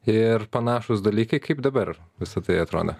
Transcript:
ir panašūs dalykai kaip dabar visa tai atrodo